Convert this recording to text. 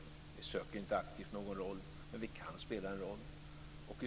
Vi söker inte aktivt någon roll, men vi kan spela en roll.